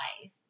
life